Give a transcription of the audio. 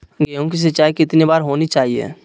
गेहु की सिंचाई कितनी बार होनी चाहिए?